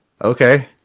Okay